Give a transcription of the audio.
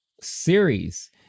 series